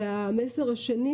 והמסר השני,